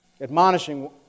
admonishing